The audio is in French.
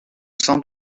sans